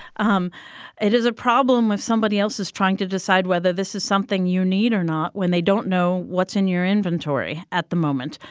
um it is a problem if somebody else is trying to decide whether this is something you need or not when they don't know what's in your inventory at the moment.